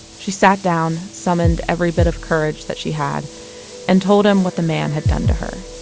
she sat down, summoned every bit of courage that she had and told him what the man had done to her.